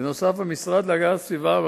הכימיקלים בנמל חיפה.